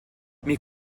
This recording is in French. mais